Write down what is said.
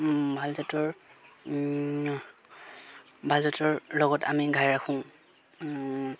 ভাল জাতৰ ভাল জাতৰ লগত আমি ঘাই ৰাখোঁ